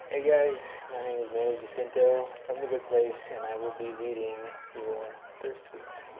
hey guys, my name is manny jacinto from the good place and i will be reading your thirst tweets.